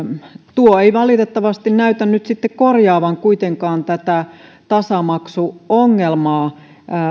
tuo ei valitettavasti näytä korjaavan tätä tasamaksuongelmaa